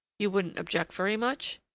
you wouldn't object very much?